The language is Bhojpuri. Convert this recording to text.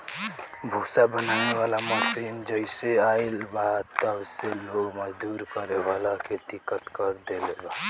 भूसा बनावे वाला मशीन जबसे आईल बा तब से लोग मजदूरी करे वाला के दिक्कत कर देले बा